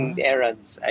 errands